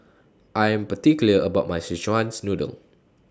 I Am particular about My Szechuan's Noodle